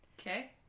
Okay